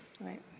Right